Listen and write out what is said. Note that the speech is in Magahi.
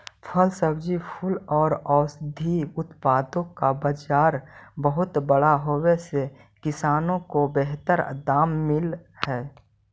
फल, सब्जी, फूल और औषधीय उत्पादों का बाजार बहुत बड़ा होवे से किसानों को बेहतर दाम मिल हई